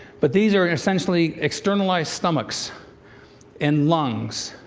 but these are essentially externalized stomachs and lungs.